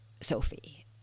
Sophie